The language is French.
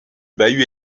bahut